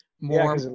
more